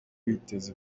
witeze